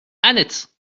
annette